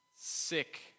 sick